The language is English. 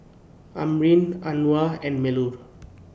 Amrin Anuar and Melur